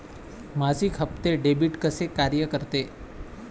मासिक हप्ते, डेबिट कसे कार्य करते